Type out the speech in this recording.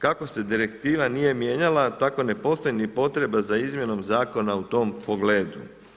Kako se direktiva nije mijenjala, tako ne postoji potreba za izmjenom zakona u tom pogledu.